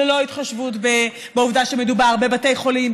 ללא התחשבות בעובדה שמדובר בבתי חולים,